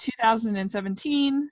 2017